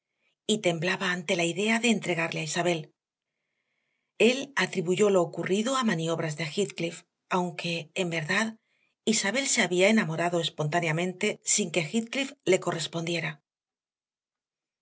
modificado y temblaba ante la idea de entregarle a isabel él atribuyó lo ocurrido a maniobras de heathcliff aunque en verdad isabel se había enamorado espontáneamente sin que heathcliff le correspondiera